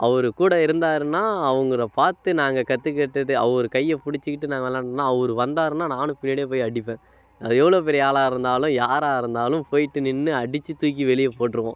அவர் கூட இருந்தாருன்னா அவங்கள பார்த்து நாங்கள் கற்றுக்கிட்டது அவரு கையை பிடிச்சிக்கிட்டு நான் விளாண்டன்னா அவரு வந்தாருன்னா நானும் பின்னாடியே போய் அடிப்பேன் எவ்வளோ பெரிய ஆளாக இருந்தாலும் யாராக இருந்தாலும் போய்ட்டு நின்று அடித்து தூக்கி வெளியே போட்டுருவோம்